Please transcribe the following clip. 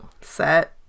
Set